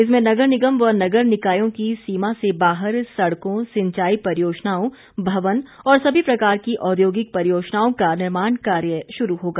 इसमें नगर निगम व नगर निकायों की सीमा से बाहर सड़कों सिंचाई परियोजनाओं भवन और सभी प्रकार की औद्योगिक परियोजनाओं का निर्माण कार्य शुरू होगा